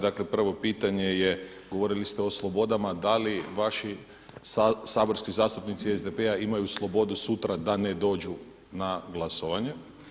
Dakle prvo pitanje je, govorili ste o slobodama, da li vaši saborski zastupnici SDP-a imaju slobodu sutra da ne dođu na glasovanje?